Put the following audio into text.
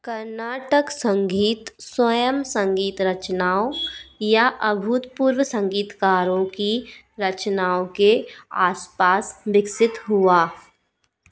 कर्नाटक संगीत स्वयं संगीत रचनाओं या अभूतपूर्व संगीतकारों की रचनाओं के आसपास विकसित हुआ